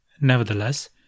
Nevertheless